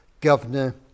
Governor